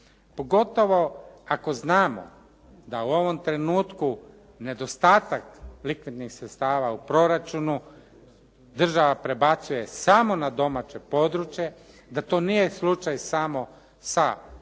Pogotovo ako znamo da u ovom trenutku nedostatak likvidnih sredstava u proračunu država prebacuje samo na domaće područje, da to nije slučaj samo sa proračunom,